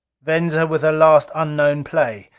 venza, with her last unknown play,